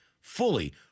fully